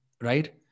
right